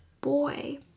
boy